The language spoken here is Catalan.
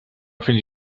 fins